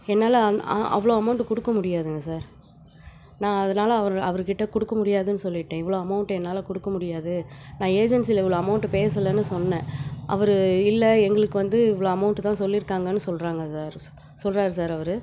என்னால் அவ்வளோ அமௌண்ட்டு கொடுக்க முடியாதுங்க சார் நான் அதனால அவர் அவர்க்கிட்ட கொடுக்க முடியாதுன்னு சொல்லிட்டேன் இவ்வளோ அமௌண்ட்டு என்னால் கொடுக்க முடியாது நான் ஏஜென்சியில இவ்வளோ அமௌண்ட்டு பேசலைனு சொன்னேன் அவர் இல்லை எங்களுக்கு வந்து இவ்வளோ அமௌண்ட்டு தான் சொல்லியிருக்காங்கன்னு சொல்கிறாங்க சார் சொல்கிறாரு சார் அவர்